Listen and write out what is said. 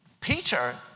Peter